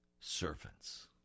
servants